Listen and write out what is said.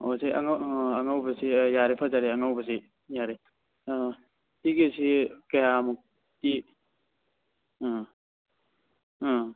ꯑꯣ ꯁꯤ ꯑꯉꯧꯕꯁꯤ ꯌꯥꯔꯦ ꯐꯖꯔꯦ ꯑꯉꯧꯕꯁꯤ ꯌꯥꯔꯦ ꯁꯤꯒꯤꯁꯤ ꯀꯌꯥꯃꯨꯛꯇꯤ ꯑꯥ ꯑꯥ